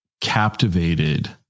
captivated